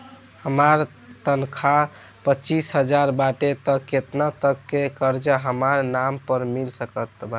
हमार तनख़ाह पच्चिस हज़ार बाटे त केतना तक के कर्जा हमरा नाम पर मिल सकत बा?